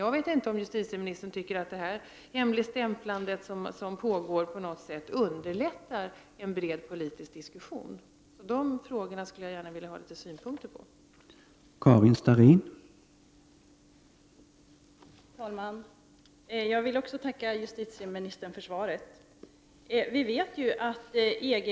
Jag vet inte om justitieministern tycker att det hemligstämplande som pågår på något sätt underlättar en bred politisk diskussion, Jag skulle gärna vilja ha litet synpunkter på de frågor som jag har ställt.